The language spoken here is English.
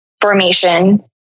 formation